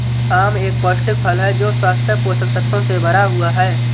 आम एक पौष्टिक फल है जो स्वस्थ पोषक तत्वों से भरा हुआ है